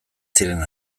ziren